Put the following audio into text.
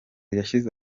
yashyize